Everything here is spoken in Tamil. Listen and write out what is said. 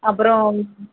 அப்புறோம்